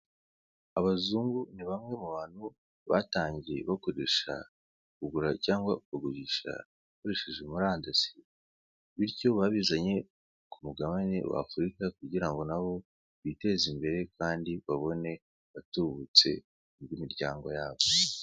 Abazungu ni bamwe mu bantu batangiye bakoresha kugura cyangwa kugurisha ukoresheje murandasi, bityo babizanye ku mugabane wa afurika kugira ngo nabo biteze imbere kandi babone agatubutse, imiryango yabo.